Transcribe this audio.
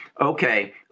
okay